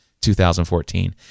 2014